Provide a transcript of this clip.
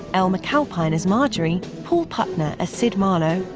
elle mcalpine as marjorie, paul putner as sid marlowe,